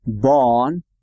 Born